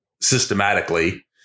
systematically